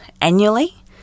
annually